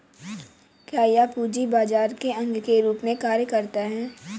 क्या यह पूंजी बाजार के अंग के रूप में कार्य करता है?